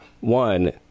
One